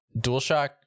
DualShock